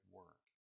work